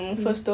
hmm